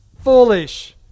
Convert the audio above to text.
foolish